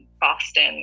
boston